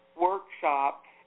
workshops